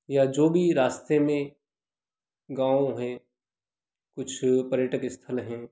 या जो भी रास्ते में गाँव हैं कुछ पर्यटक स्थल हैं